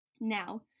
Now